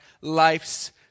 life's